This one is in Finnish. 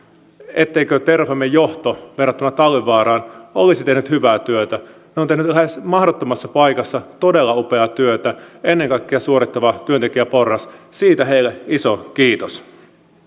etteikö terrafamen johto verrattuna talvivaaraan olisi tehnyt hyvää työtä he ovat tehneet lähes mahdottomassa paikassa todella upeaa työtä ennen kaikkea suorittava työntekijäporras siitä heille iso kiitos